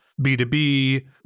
B2B